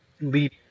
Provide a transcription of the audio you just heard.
Leap